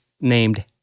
named